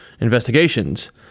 investigations